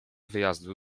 wyjazdu